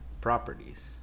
properties